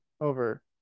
over